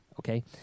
Okay